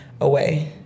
away